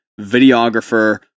videographer-